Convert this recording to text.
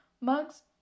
mugs